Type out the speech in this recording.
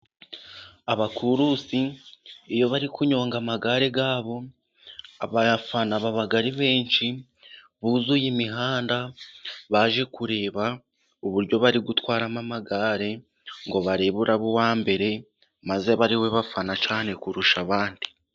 Abakurusi iyo bari kunyonga amagare yabo, abafana baba ari benshi buzuye imihanda, baje kureba uburyo bari gutwaramo amagare, ngo barebe uraba uwambere maze aba ariwe bafana cyane kurusha abandi,